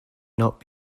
not